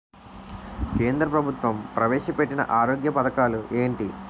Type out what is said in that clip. కేంద్ర ప్రభుత్వం ప్రవేశ పెట్టిన ఆరోగ్య పథకాలు ఎంటి?